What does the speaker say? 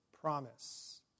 promise